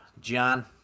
john